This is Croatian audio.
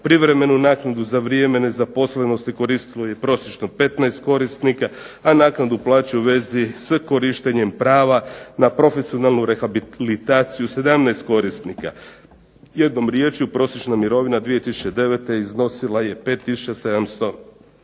privremenu naknadu za vrijeme nezaposlenosti koristilo je prosječno 15 korisnika, a naknadu plaće u vezi sa korištenjem prava na profesionalnu rehabilitaciju 17 korisnika. Jednom riječju, prosječna mirovina 2009. iznosila je 5783,70 kuna.